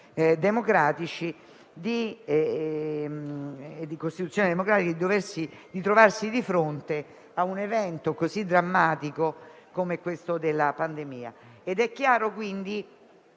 di costituzione democratica, di trovarsi di fronte a un evento così drammatico come la pandemia.